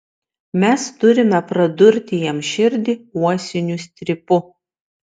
mes turime pradurti jam širdį uosiniu strypu